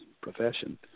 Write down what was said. profession